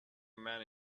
men